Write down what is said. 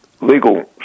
legal